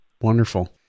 Wonderful